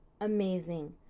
Amazing